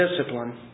discipline